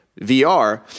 VR